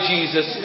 Jesus